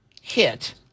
hit